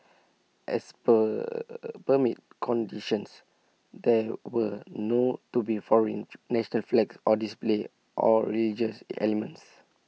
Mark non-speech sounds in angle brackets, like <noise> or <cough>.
as per permit conditions there were no to be foreign <unintelligible> national flags or display or regious elements